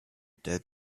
dead